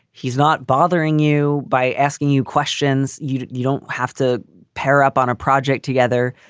he's not bothering you by asking you questions. you you don't have to pair up on a project together.